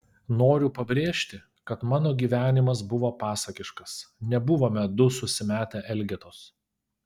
noriu pabrėžti kad mano gyvenimas buvo pasakiškas nebuvome du susimetę elgetos